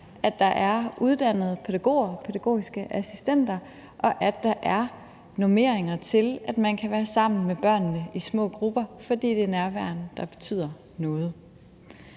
at der er uddannede pædagoger og pædagogiske assistenter, og at der er normeringer til, at man kan være sammen med børnene i små grupper, fordi det er nærværet, der betyder noget.